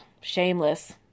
shameless